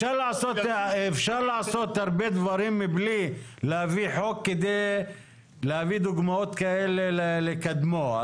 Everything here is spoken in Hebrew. אפשר לעשות הרבה דברים מבלי להביא חוק כדי להביא דוגמאות כאלה לקדמו.